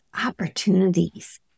opportunities